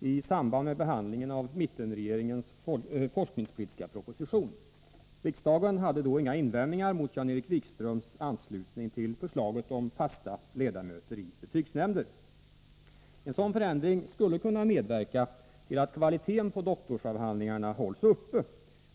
i samband med behandlingen av mittenregeringens forskningspolitiska proposition. Riksdagen hade då inga invändningar mot Jan-Erik Wikströms anslutning till förslaget om fasta ledamöter i betygsnämnder. En sådan förändring skulle kunna medverka till att kvaliteten på doktorsavhandlingarna hålls uppe.